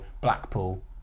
Blackpool